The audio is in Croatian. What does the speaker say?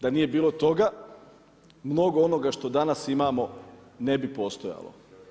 Da nije bilo toga mnogo onoga što danas imamo ne bi postojalo.